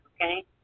okay